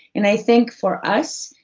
and i think for us,